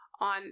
on